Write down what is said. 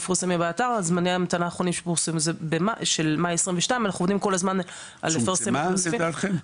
זמני ההמתנה האחרונים שפורסמו של מאי 2022. צומצמה לדעתכם?